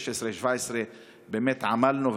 2016 ו-2017 באמת עמלנו,